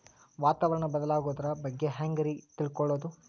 ವಾತಾವರಣ ಬದಲಾಗೊದ್ರ ಬಗ್ಗೆ ಹ್ಯಾಂಗ್ ರೇ ತಿಳ್ಕೊಳೋದು?